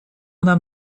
нам